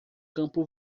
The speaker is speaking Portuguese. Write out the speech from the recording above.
campo